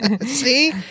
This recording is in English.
See